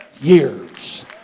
years